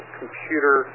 computer